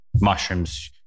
mushrooms